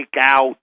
out